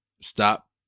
stop